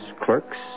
clerks